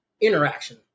interaction